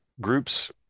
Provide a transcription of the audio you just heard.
groups